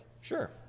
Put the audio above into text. sure